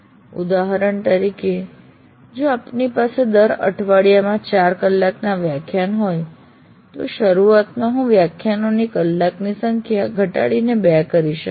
ઉદાહરણ તરીકે જો આપની પાસે દર અઠવાડિયેમાં ચાર કલાકના વ્યાખ્યાન હોય તો શરૂઆતમાં હું વ્યાખ્યાનના કલાકોની સંખ્યા ઘટાડીને 2 કરી શકું છું